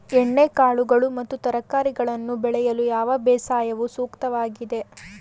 ಎಣ್ಣೆಕಾಳುಗಳು ಮತ್ತು ತರಕಾರಿಗಳನ್ನು ಬೆಳೆಯಲು ಯಾವ ಬೇಸಾಯವು ಸೂಕ್ತವಾಗಿದೆ?